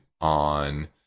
on